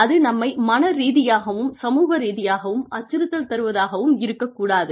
அது நம்மை மன ரீதியாகவும் சமூக ரீதியாகவும் அச்சுறுத்தல் தருவதாகவும் இருக்கக் கூடாது